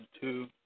two